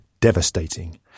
devastating